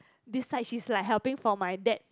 decide she's like helping for my dad